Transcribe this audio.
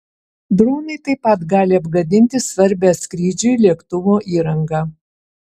dronai taip pat gali apgadinti svarbią skrydžiui lėktuvo įrangą